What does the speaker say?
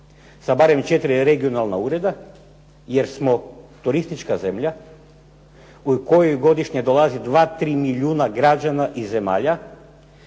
sa barem 4 regionalna ureda jer smo turistička zemlja u kojoj godišnje dolazi 2, 3 milijuna građana i zemalja